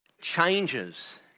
changes